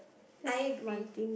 I agree